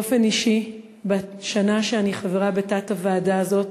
באופן אישי, בשנה שאני חברה בתת-הוועדה הזאת